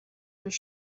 their